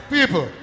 People